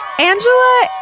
Angela